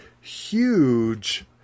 huge